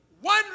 One